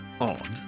odd